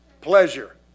pleasure